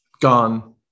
gone